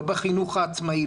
לא בחינוך העצמאי,